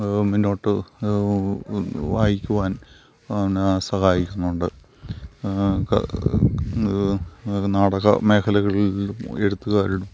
മുന്നോട്ട് വായിക്കുവാൻ സഹായിക്കുന്നുണ്ട് നാടക മേഖലകളിലും എഴുത്തുകാരുടെ